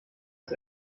ist